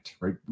right